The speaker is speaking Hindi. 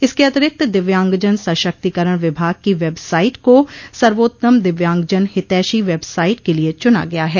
इसके अतिरिक्त दिव्यांगजन सशक्तिकरण विभाग की वेबसाइट को सर्वोत्तम दिव्यांगजन हितैषी वेबसाइट के लिये चुना गया है